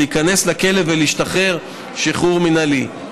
להיכנס לכלא ולהשתחרר שחרור מינהלי.